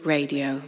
Radio